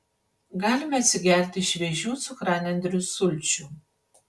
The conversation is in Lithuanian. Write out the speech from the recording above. galime atsigerti šviežių cukranendrių sulčių